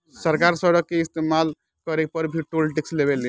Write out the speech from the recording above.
सरकार सड़क के इस्तमाल करे पर भी टोल टैक्स लेवे ले